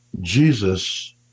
Jesus